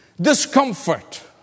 discomfort